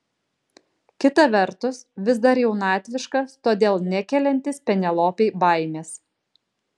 kita vertus vis dar jaunatviškas todėl nekeliantis penelopei baimės